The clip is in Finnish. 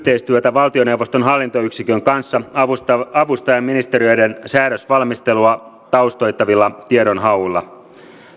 valtioneuvoston hallintoyksikön kanssa avustaen avustaen ministeriöiden säädösvalmistelua taustoittavilla tiedonhauilla